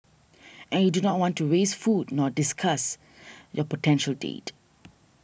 and you do not want to waste food nor disgust your potential date